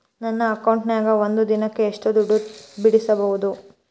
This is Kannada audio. ನನ್ನ ಅಕೌಂಟಿನ್ಯಾಗ ಒಂದು ದಿನಕ್ಕ ಎಷ್ಟು ದುಡ್ಡು ಬಿಡಿಸಬಹುದು?